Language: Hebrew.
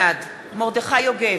בעד מרדכי יוגב,